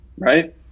right